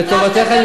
לטובתך אני,